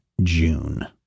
june